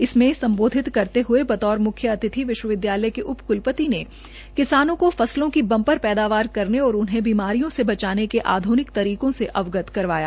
इसमें सम्बोधित करते हये बतौर मुख्यातिथि विश्वविद्यालय के उपकुलपति ने किसानों को फसलों की बम्पर पैदावार करने और उन्हें बीमारियों से बचाने के आध्रनिक तरीकों से अवगत करवाया